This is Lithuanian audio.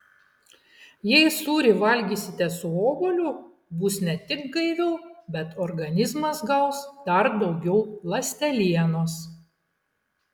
jei sūrį valgysite su obuoliu bus ne tik gaiviau bet organizmas gaus dar daugiau ląstelienos